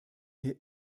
hier